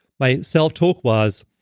my self talk was,